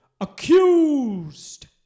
ACCUSED